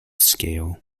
scale